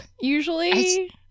usually